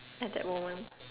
at that moment